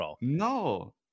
no